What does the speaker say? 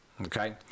Okay